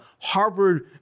Harvard